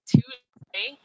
Tuesday